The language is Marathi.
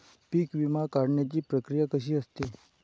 पीक विमा काढण्याची प्रक्रिया कशी असते?